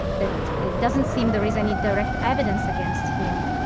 that it doesn't seem there is any direct evidence against him.